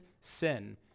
sin